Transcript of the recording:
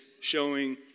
showing